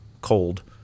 cold